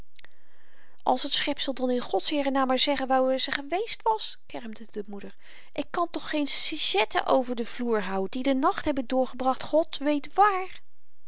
als t schepsel dan in godsheerennaam maar zeggen wou waar ze geweest was kermde de moeder ik kan toch geen sichetten over den vloer houden die den nacht hebben doorgebracht god weet waar